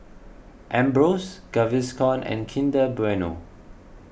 Ambros Gaviscon and Kinder Bueno